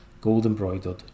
gold-embroidered